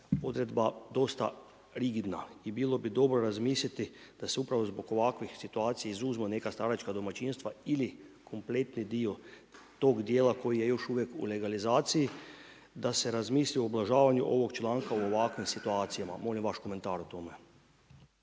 odredba dosta rigidna. I bilo bi dobro razmisliti da se upravo zbog ovakvih situacija izuzmu neka staračka domaćinstva ili kompletni dio tog djela koji je još uvijek u legalizaciji da se razmisli o ublažavanju ovog članka u ovakvim situacijama. Molim vaš komentar o tome.